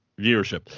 viewership